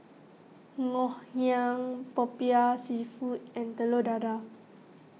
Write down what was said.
Ngoh Hiang Popiah Seafood and Telur Dadah